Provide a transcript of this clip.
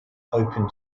open